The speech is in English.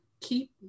keep